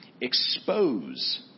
expose